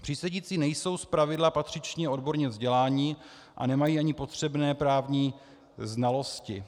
Přísedící nejsou zpravidla patřičně odborně vzdělaní a nemají ani potřebné právní znalosti.